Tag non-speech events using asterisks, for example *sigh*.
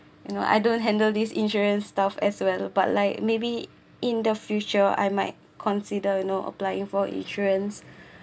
you know I don't handle this insurance stuff as well but like maybe in the future I might consider you know applying for insurance *breath*